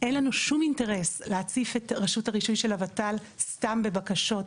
אין לנו שום אינטרס להציף את רשות הרישוי של הוות"ל סתם בבקשות,